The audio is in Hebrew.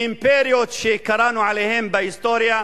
מאימפריות שקראנו עליהן בהיסטוריה,